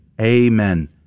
Amen